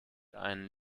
einen